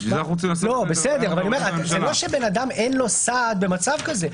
זה לא שלאדם אין סעד במקרה הזה.